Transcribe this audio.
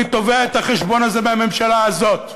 אני תובע את החשבון הזה מהממשלה הזאת.